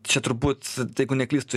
čia turbūt jeigu neklystu